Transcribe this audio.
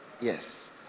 Yes